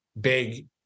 big